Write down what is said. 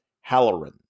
Halloran